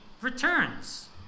returns